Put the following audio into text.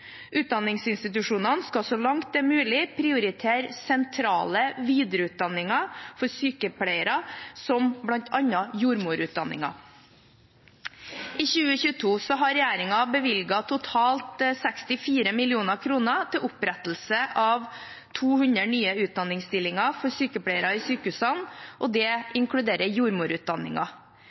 Utdanningsinstitusjonene skal så langt det er mulig prioritere sentrale videreutdanninger for sykepleiere, som bl.a. jordmorutdanningen. I 2022 har regjeringen bevilget totalt 64 mill. kr til opprettelse av 200 nye utdanningsstillinger for sykepleiere i sykehusene, og det inkluderer